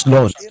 Lord